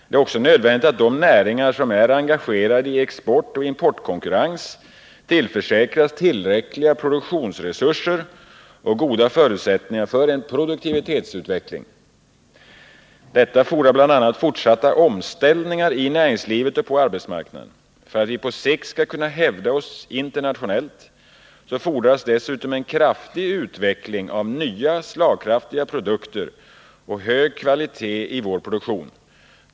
Det är också nödvändigt att de näringar som är engagerade i exportoch importkonkurrens tillförsäkras tillräckliga produktionsresurser och goda förutsättningar för en produktivitetsutveckling. Detta fordrar bl.a. fortsatta omställningar i näringslivet och på arbetsmarknaden. För att vi på sikt skall kunna hävda oss internationellt fordras dessutom en kraftig utveckling av nya slagkraftiga produkter och hög kvalitet i vår produktion.